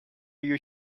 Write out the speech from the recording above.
you